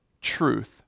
truth